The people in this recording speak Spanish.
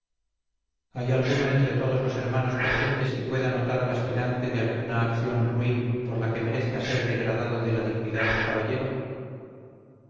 hay alguno entre todos los hermanos presentes que pueda notar al aspirante de alguna acción ruin por la que merezca ser degradado de la dignidad de caballero